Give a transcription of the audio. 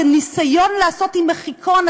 זה ניסיון לעשות עם מחיקון,